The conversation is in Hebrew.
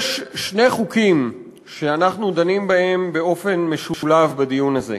יש שני חוקים שאנחנו דנים בהם במשולב בדיון הזה,